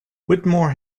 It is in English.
whittemore